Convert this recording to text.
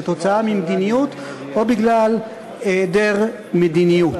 כתוצאה ממדיניות או בגלל היעדר מדיניות.